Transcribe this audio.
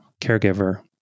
caregiver